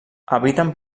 habiten